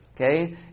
okay